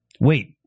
wait